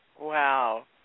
Wow